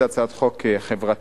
זו הצעת חוק חברתית,